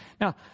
Now